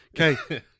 Okay